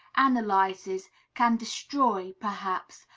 analyzes, can destroy, perhaps,